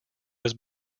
was